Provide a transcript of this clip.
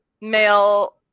male